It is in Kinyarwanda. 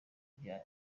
bya